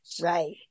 Right